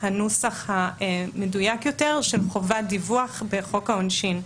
הנוסח המדויק יותר של חובת דיווח בחוק העונשין.